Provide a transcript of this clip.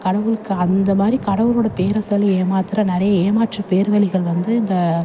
கடவுளுக்கு அந்த மாதிரி கடவுளோடய பேரை சொல்லி ஏமாத்துகிற நிறைய ஏமாற்றுப் பேர்வழிகள் வந்து இந்த